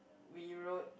we rode